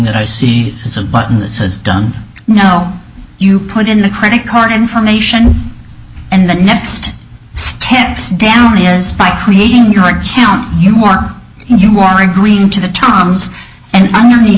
that i see is a button that says done now you put in the credit card information and the next steps down is by creating your account you more if you are agreeing to the toms and underneath